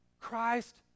Christ